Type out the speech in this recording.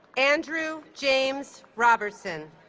andrew james robertson